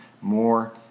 more